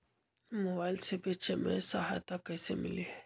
Mobile से बेचे में सहायता कईसे मिली?